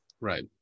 Right